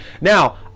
now